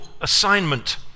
assignment